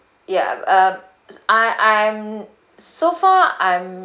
ya uh I I'm so far I'm